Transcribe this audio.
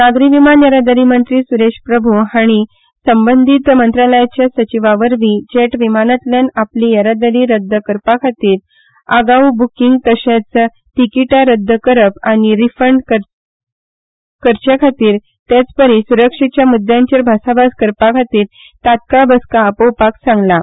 नागरी विमान येरादारी मंत्री सुरेश प्रभू हांणी संबंदीत मंत्रालयाच्या सचिवा वरवीं जेट विमानांतल्यान आपली येरादारी रद्द करपा खातीर आगाऊ बुकींग तशेंच तिकिटां रद्द करप आनी रिफंड करचे खातीर तेंचपरी सुरक्षेच्या मुद्द्यांचेर भासाभास करपा खातीर तत्काळ बसका आपोवपाक सांगलां